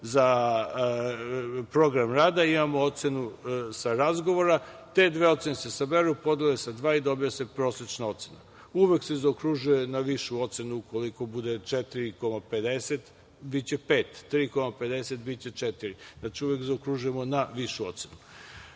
za program rada, imamo ocenu sa razgovora i te dve ocene se saberu, podele se sa dva i dobije se prosečna ocena. Uvek se zaokružuje na višu ocenu. Ukoliko bude 4,50 biće 5, ukoliko bude 3,50 biće 4. Znači uvek zaokružujemo na višu